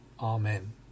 Amen